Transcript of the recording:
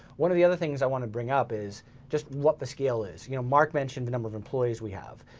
one of the other things i wanted to bring up is just what the scale is. you know, mark mentioned the number of employees we have.